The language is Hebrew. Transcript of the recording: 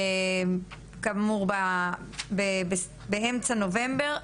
שנערך כאמור באמצע חודש נובמבר,